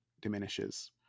diminishes